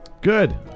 Good